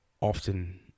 often